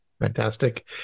Fantastic